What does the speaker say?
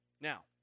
Now